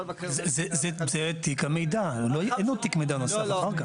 זה תיק המידע, אין לו תיק מידע נוסף אחר כך.